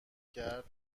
کرد